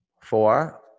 Four